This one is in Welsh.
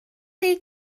chi